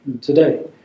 today